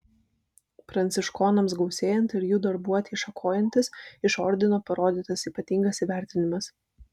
pranciškonams gausėjant ir jų darbuotei šakojantis iš ordino parodytas ypatingas įvertinimas